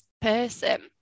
person